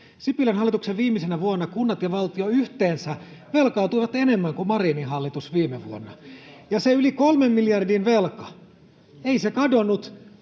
Sipilän hallituksen viimeisenä vuonna kunnat ja valtio yhteensä velkaantuivat enemmän kuin Marinin hallitus viime vuonna, ja se yli kolmen miljardin velka ei kadonnut.